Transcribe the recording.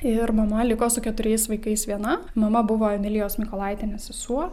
ir mama liko su keturiais vaikais viena mama buvo emilijos mykolaitienės sesuo